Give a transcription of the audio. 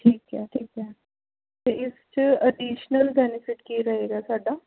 ਠੀਕ ਹੈ ਠੀਕ ਹੈ ਅਤੇ ਇਸ 'ਚ ਅਟੀਸ਼ਨਲ ਬੈਨੀਫਿਟ ਕੀ ਰਹੇਗਾ ਸਾਡਾ